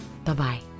Bye-bye